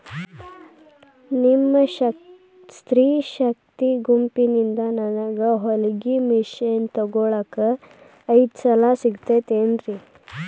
ನಿಮ್ಮ ಸ್ತ್ರೇ ಶಕ್ತಿ ಗುಂಪಿನಿಂದ ನನಗ ಹೊಲಗಿ ಮಷೇನ್ ತೊಗೋಳಾಕ್ ಐದು ಸಾಲ ಸಿಗತೈತೇನ್ರಿ?